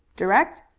direct?